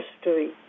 history